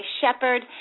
shepherd